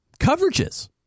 coverages